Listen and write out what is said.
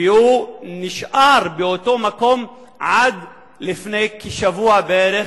והוא נשאר באותו מקום עד לפני כשבוע בערך,